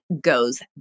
goes